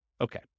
Okay